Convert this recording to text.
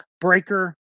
Breaker